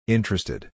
Interested